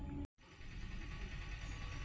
పెద్ద సేపలు పడ్డానికి సిన్న సేపల్ని ఎరగా ఏత్తనాన్రా